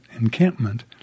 encampment